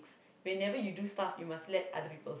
whenever you do stuff you must let other people